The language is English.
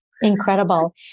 Incredible